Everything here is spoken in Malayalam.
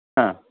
ആ